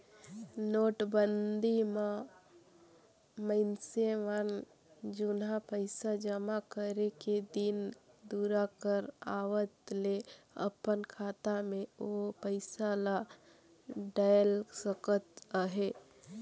नोटबंदी म मइनसे मन जुनहा पइसा जमा करे के दिन दुरा कर आवत ले अपन खाता में ओ पइसा ल डाएल सकत अहे